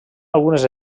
algunes